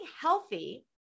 healthy